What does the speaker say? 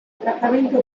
trattamento